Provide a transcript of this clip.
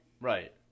Right